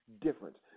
difference